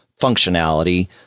functionality